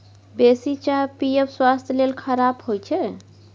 बेसी चाह पीयब स्वास्थ्य लेल खराप होइ छै